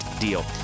deal